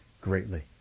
greatly